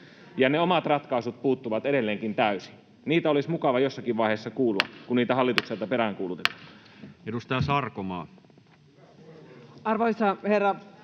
ja ne omat ratkaisut puuttuvat edelleenkin täysin. Niitä olisi mukava jossakin vaiheessa kuulla, kun niitä hallitukselta peräänkuulutetaan. Edustaja Sarkomaa. Arvoisa herra